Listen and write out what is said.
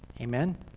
Amen